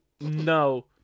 No